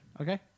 Okay